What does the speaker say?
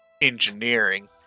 engineering